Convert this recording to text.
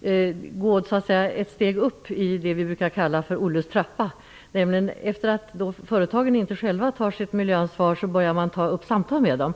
att gå ett steg upp i det vi brukar kalla för Olles trappa. Det innebär att man börjar ta upp samtal med företagen då de själva inte tar sitt miljöansvar.